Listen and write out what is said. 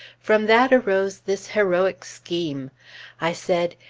from that arose this heroic scheme i said,